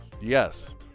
Yes